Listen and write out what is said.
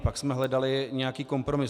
Pak jsme hledali nějaký kompromis.